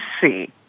see